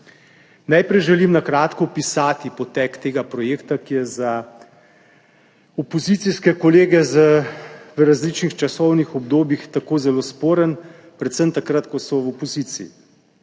Najprej želim na kratko opisati potek tega projekta, ki je za opozicijske kolege v različnih časovnih obdobjih tako zelo sporen, predvsem takrat, ko so v opoziciji.